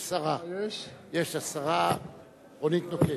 יש השרה אורית נוקד.